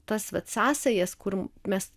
tas vat sąsajas kur mes